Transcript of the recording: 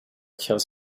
kills